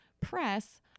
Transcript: press